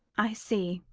i see.